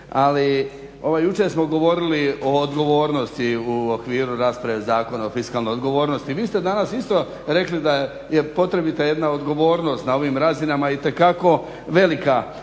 Ali jučer smo govorili o odgovornosti u okviru rasprave Zakona o fiskalnoj odgovornosti. Vi ste danas isto rekli da je potrebita jedna odgovornost na ovim razinama, itekako velika